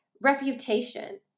reputation